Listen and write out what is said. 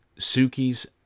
Suki's